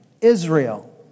Israel